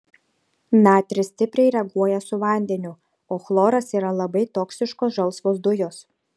natris stipriai reaguoja su vandeniu o chloras yra labai toksiškos žalsvos dujos